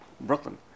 Brooklyn